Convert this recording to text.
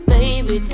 Baby